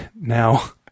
Now